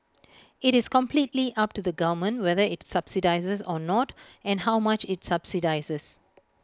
IT is completely up to the government whether IT subsidises or not and how much IT subsidises